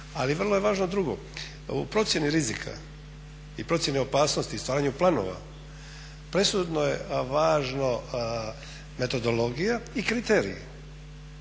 Ali vrlo je važno drugo, u procjeni rizika i procjeni opasnosti i stvaranju planova presudno je, važno metodologija i kriteriji,